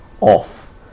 off